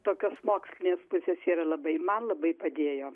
tokios mokslinės pusės yra labai man labai padėjo